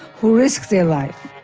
who risked their life,